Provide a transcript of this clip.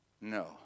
No